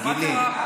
אז מה קרה?